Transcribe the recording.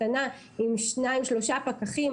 עם שניים-שלושה פקחים,